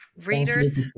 readers